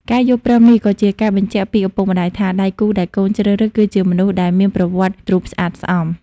ការយល់ព្រមនេះក៏ជាការបញ្ជាក់ពីឪពុកម្ដាយថា ដៃគូដែលកូនជ្រើសរើសគឺជាមនុស្សដែលមានប្រវត្តិរូបស្អាតស្អំ។